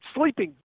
sleeping